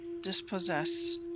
dispossess